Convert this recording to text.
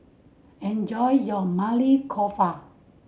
enjoy your Maili Kofta